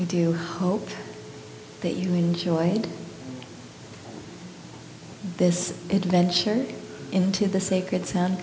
you do hope that you enjoyed this adventure into the sacred sound